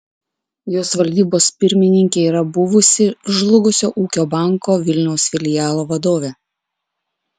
jos valdybos pirmininkė yra buvusi žlugusio ūkio banko vilniaus filialo vadovė